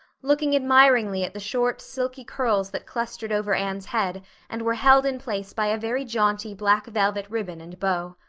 looking admiringly at the short, silky curls that clustered over anne's head and were held in place by a very jaunty black velvet ribbon and bow.